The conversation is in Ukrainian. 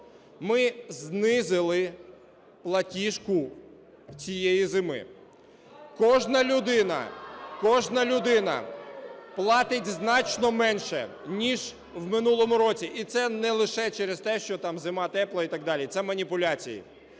Ми знизили платіжку цієї зими, кожна людина, кожна людина платить значно менше, ніж в минулому році, і це не лише через те, що зима тепла і так далі, це маніпуляції.